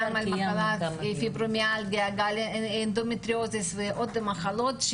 כמו פיברומיאלגיה, אנדומטריוזיס ועוד מחלות.